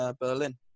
Berlin